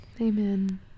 Amen